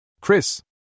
Chris